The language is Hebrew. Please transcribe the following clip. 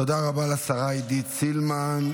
תודה רבה לשרה עידית סילמן.